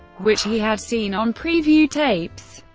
which he had seen on preview tapes.